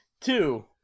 two